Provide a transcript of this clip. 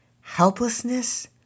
helplessness